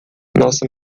nossa